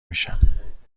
میشم